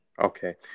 Okay